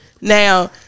Now